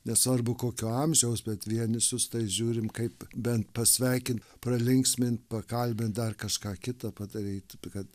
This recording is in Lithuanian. nesvarbu kokio amžiaus bet vienisus tai žiūrim kaip bent pasveikint pralinksmint pakalbint dar kažką kitą padaryt kad